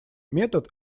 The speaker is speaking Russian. метод